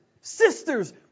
sisters